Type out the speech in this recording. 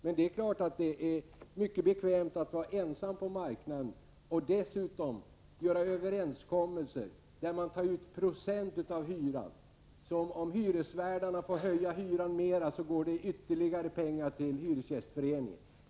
Men det är självfallet mycket bekvämt att vara ensam på marknaden och dessutom kunna träffa överenskommelser som innebär att man får ut procentandelar av hyran. Om hyresvärdarna får höja hyran mera, går det alltså ytterligare pengar till hyresgästföreningen.